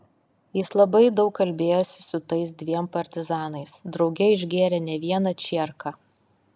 jis labai daug kalbėjosi su tais dviem partizanais drauge išgėrė ne vieną čierką